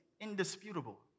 indisputable